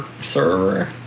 server